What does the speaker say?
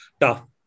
tough